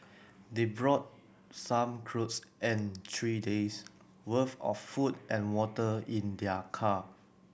they brought some cloth and three day's worth of food and water in their car